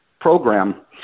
program